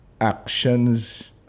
actions